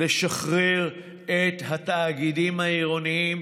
לשחרר את התאגידים העירוניים,